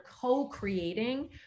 co-creating